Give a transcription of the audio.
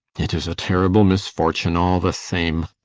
it is a terrible misfortune, all the same.